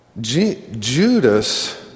Judas